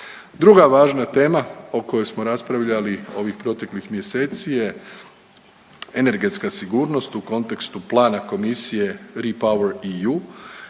Druga važna tema o kojoj smo raspravljali ovih proteklih mjeseci je energetska sigurnost u kontekstu plana Komisije REP over EU